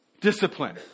discipline